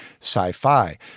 sci-fi